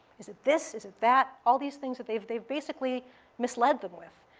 is it this? is it that? all these things that they've they've basically misled them with.